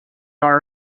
are